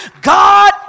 God